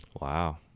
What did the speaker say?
Wow